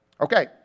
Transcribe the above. Okay